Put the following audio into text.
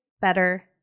better